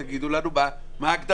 תגידו לנו מה ההגדרה.